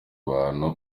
abantu